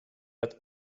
att